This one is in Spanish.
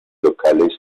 locales